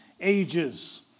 ages